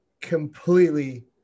completely